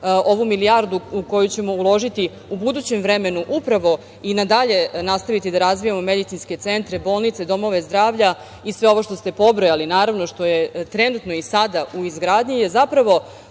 ovu milijardu koju ćemo uložiti u budućem vremenu, upravo i na dalje nastaviti da razvijamo medicinske centre, bolnice, domove zdravlja i sve ovo što ste pobrojali, naravno, što je trenutno i sada u izgradnji je zapravo